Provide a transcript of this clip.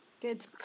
good